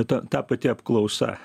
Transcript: ta ta pati apklausa